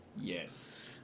Yes